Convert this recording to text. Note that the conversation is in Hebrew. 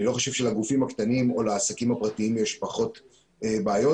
אני לא חושב שלגופים הקטנים או לעסקים הפרטיים יש פחות בעיות.